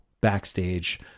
backstage